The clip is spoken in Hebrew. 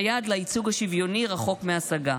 היעד לייצוג השוויוני רחוק מהשגה.